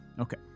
Okay